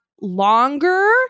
longer